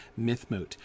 Mythmoot